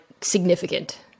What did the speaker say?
significant